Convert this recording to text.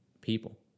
people